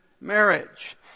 marriage